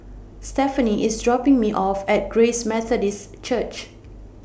Stefani IS dropping Me off At Grace Methodist Church